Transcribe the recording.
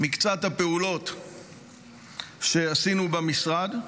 שעשינו במשרד.